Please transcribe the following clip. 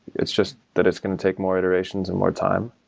it's just that it's going to take more iterations and more time.